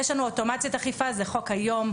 יש לנו אוטומציית אכיפה, זה חוק היום.